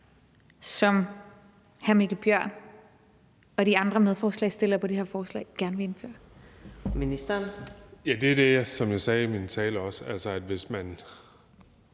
som hr. Mikkel Bjørn og de andre medforslagsstillere på det her forslag gerne vil indføre.